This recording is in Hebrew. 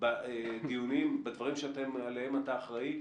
בדברים שעליהם אתה אחראי,